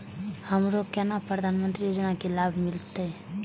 हमरो केना प्रधानमंत्री योजना की लाभ मिलते?